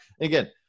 Again